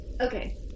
okay